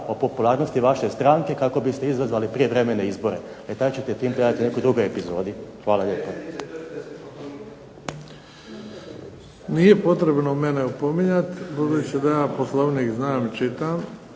o popularnosti vaše stranke kako biste izazvali prijevremene izbore. E taj ćete …/Ne razumije se./… gledati u nekoj drugoj epizodi. Hvala lijepo. **Bebić, Luka (HDZ)** Nije potrebno mene opominjati, budući da ja Poslovnik znam i čitam.